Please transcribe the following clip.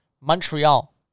Montreal